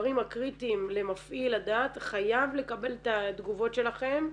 הדברים הקריטיים למפעיל לדעת חייב לקבל את התגובות שלכם.